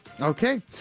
Okay